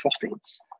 profits